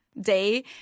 day